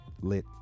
Lit